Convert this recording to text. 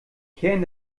kern